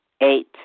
Eight